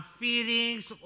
feelings